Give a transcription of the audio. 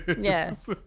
Yes